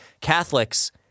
Catholics